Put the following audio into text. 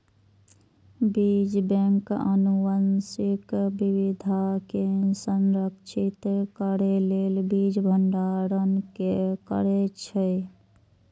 बीज बैंक आनुवंशिक विविधता कें संरक्षित करै लेल बीज भंडारण करै छै